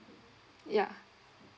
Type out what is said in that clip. yeah